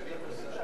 סגנית השר.